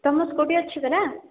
ତୁମ ସ୍କୁଟି ଅଛି ପରା